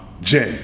Jen